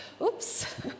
oops